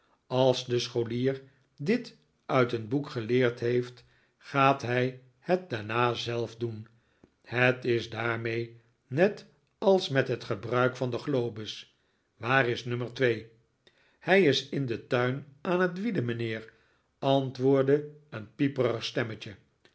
als de scholier dit uit een boek geleerd heeft gaat hij het daarna zelf doen het is daarmee net als met het gebruik van de globes waar is nummer twee hij is den tuin aan het wieden mijnheer antwoordde een pieperig stemmetje